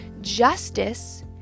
justice